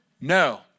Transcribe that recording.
No